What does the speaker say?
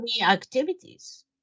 activities